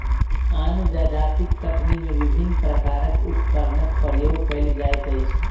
आन जजातिक कटनी मे विभिन्न प्रकारक उपकरणक प्रयोग कएल जाइत अछि